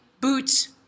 boots